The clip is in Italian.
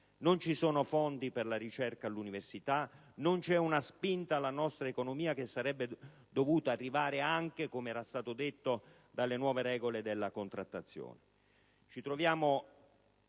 Non ci sono fondi per la ricerca e l'università e non c'è una spinta alla nostra economia che sarebbe dovuta arrivare, come era stato detto, anche dalle nuove regole della contrattazione.